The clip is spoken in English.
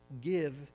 give